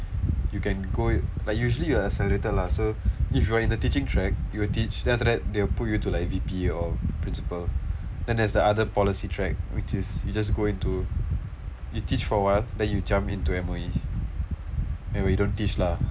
you can go like usually your accelerator lah so if you are in the teaching track you will teach then after that they'll put you to like V_P or principal then there's the other policy track which is you just go into you teach for awhile then you jump into M_O_E and we don't teach lah